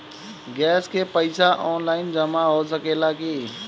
Gas के पइसा online जमा हो सकेला की?